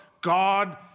God